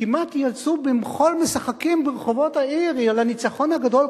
כמעט יצאו במחול משחקים ברחובות העיר על הניצחון הגדול.